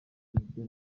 niryo